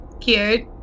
cute